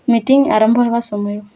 meeting ଆରମ୍ଭ ହେବା ସମୟ